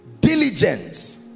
diligence